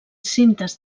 cintes